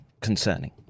concerning